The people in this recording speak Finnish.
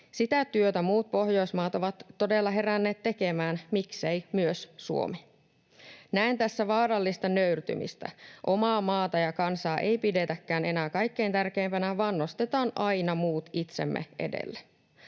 Sitä työtä muut Pohjoismaat ovat todella heränneet tekemään, miksei myös Suomi. Näen tässä vaarallista nöyrtymistä. Omaa maata ja kansaa ei pidetäkään enää kaikkein tärkeimpänä, vaan nostetaan aina muut itsemme edelle.